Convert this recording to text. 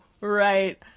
right